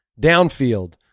downfield